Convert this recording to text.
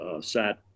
sat